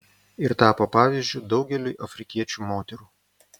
ir tapo pavyzdžiu daugeliui afrikiečių moterų